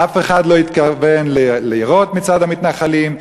אף אחד לא התכוון לירות מצד המתנחלים,